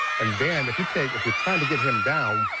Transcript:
and then if you take if you're trying to get him down,